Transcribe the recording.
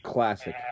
Classic